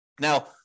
Now